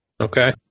Okay